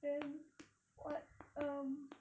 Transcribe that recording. then what else